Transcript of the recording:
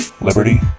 liberty